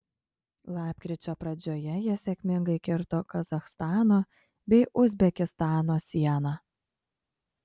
lapkričio pradžioje jie sėkmingai kirto kazachstano bei uzbekistano sieną